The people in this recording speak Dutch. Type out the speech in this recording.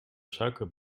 suiker